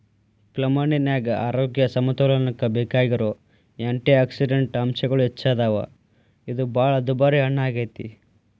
ಪ್ಲಮ್ಹಣ್ಣಿನ್ಯಾಗ ಆರೋಗ್ಯ ಸಮತೋಲನಕ್ಕ ಬೇಕಾಗಿರೋ ಆ್ಯಂಟಿಯಾಕ್ಸಿಡಂಟ್ ಅಂಶಗಳು ಹೆಚ್ಚದಾವ, ಇದು ಬಾಳ ದುಬಾರಿ ಹಣ್ಣಾಗೇತಿ